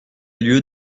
lieu